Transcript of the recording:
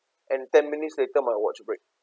and ten minutes later my watch break